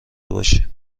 باشیم